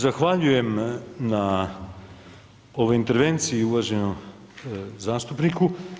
Zahvaljujem na ovoj intervenciji uvaženom zastupniku.